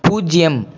பூஜ்யம்